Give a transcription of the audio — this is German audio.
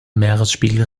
meeresspiegel